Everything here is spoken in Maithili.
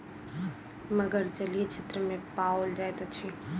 मगर जलीय क्षेत्र में पाओल जाइत अछि